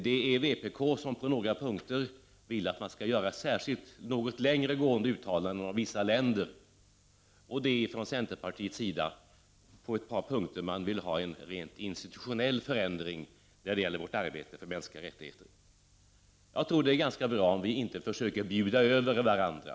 Det är bara vpk, som på några punkter vill ha något längre gående uttalanden om vissa länder, och centerpartiet, som på ett par punkter vill ha en rent institutionell förändring när det gäller vårt arbete för mänskliga rättigheter. Jag tror att det är ganska bra om vi inte försöker bjuda över varandra.